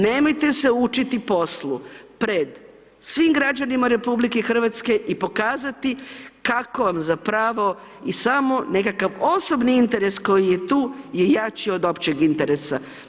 Nemojte se učiti poslu pred svim građanima RH i pokazati kako vam zapravo i samo nekakav osobni interes koji je tu, je jači od općeg interesa.